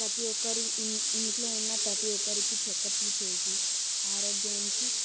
ప్రతి ఒక్కరు ఇన్ ఇంట్లో ఉన్న ప్రతి ఒక్కరికి చెకప్లు చేసి ఆరోగ్యానికి